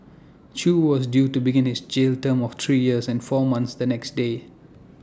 chew was due to begin his jail term of three years and four months the next day